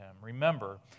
Remember